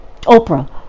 Oprah